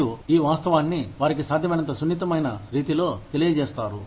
మీరు ఈ వాస్తవాన్ని వారికి సాధ్యమైనంత సున్నితమైన రీతిలో తెలియజేస్తారు